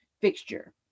fixture